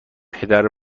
پدر